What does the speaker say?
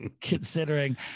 considering